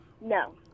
No